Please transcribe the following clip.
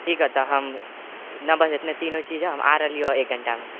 ठीक हँ तऽ हम ने बस इतने तीनो चीज हँ हम आ रहलियो एक घण्टामे